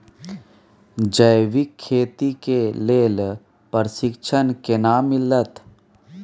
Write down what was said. जैविक खेती के लेल प्रशिक्षण केना मिलत?